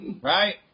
Right